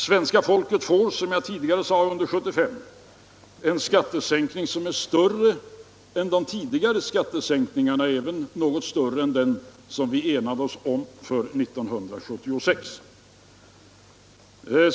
Svenska folket får, som jag tidigare sade, under 1975 en skattesänkning som är större än de tidigare skattesänkningarna och även något större än den som vi enade oss om för 1976.